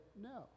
no